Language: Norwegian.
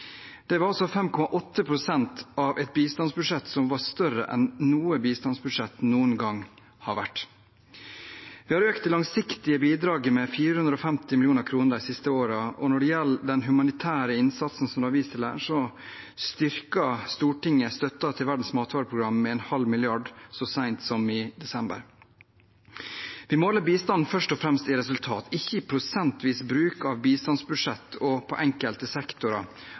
var 5,8 pst. av et bistandsbudsjett som var større enn noe bistandsbudsjett noen gang har vært. Vi har økt det langsiktige bidraget med 450 mill. kr de siste årene, og når det gjelder den humanitære innsatsen som det er vist til her, styrket Stortinget støtten til Verdens matvareprogram med en halv milliard så seint som i desember. Vi måler bistanden først og fremst i resultater, ikke i prosentvis bruk av bistandsbudsjett og på enkelte sektorer